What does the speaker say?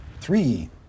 Three